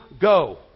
go